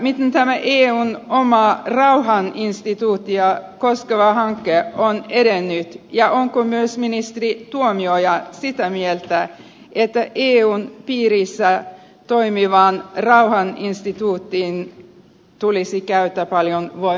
miten tämä eun omaa rauhaninstituuttia koskeva hanke on edennyt ja onko myös ministeri tuomioja sitä mieltä että eun piirissä toimivaan rauhaninstituuttiin tulisi käyttää paljon voimavaroja